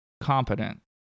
competent